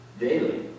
daily